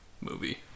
movie